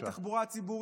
לנסוע בתחבורה ציבורית,